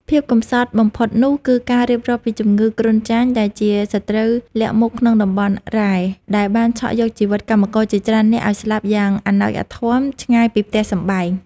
ភាពកំសត់បំផុតនោះ គឺការរៀបរាប់ពីជំងឺគ្រុនចាញ់ដែលជាសត្រូវលាក់មុខក្នុងតំបន់រ៉ែ ដែលបានឆក់យកជីវិតកម្មករជាច្រើននាក់ឱ្យស្លាប់យ៉ាងអាណោចអាធ័មឆ្ងាយពីផ្ទះសម្បែង។